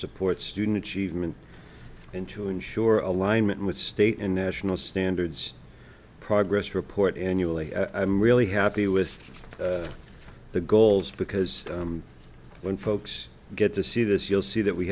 support student achievement and to ensure alignment with state and national standards progress report annually i'm really happy with the goals because when folks get to see this you'll see that we